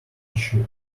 issue